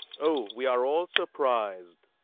o, we are all surprised!